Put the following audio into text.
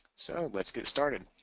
so, let's get started.